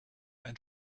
ein